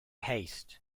haste